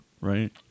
right